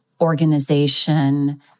organization